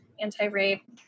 anti-rape